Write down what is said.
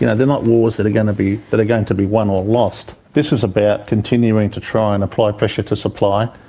you know they're not wars that are going to be. that are going to be won or lost. this is about continuing to try and apply pressure to supply,